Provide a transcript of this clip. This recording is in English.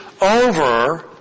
over